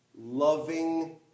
loving